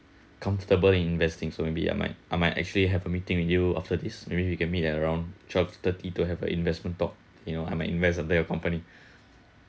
comfortable in investing so maybe I might I might actually have a meeting with you after this maybe we can meet at around twelve thirty to have a investment talk you know I might invest on there or company